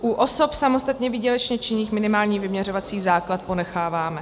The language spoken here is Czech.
U osob samostatně výdělečně činných minimální vyměřovací základ ponecháváme.